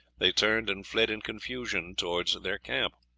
they turned and fled in confusion towards their camp.